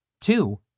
Two